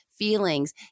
feelings